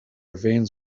veins